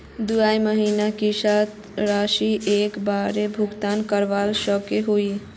दुई महीनार किस्त राशि एक बारोत भुगतान करवा सकोहो ही?